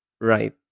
right